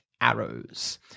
arrows